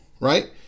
right